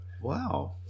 Wow